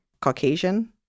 Caucasian